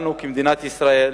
לנו כמדינת ישראל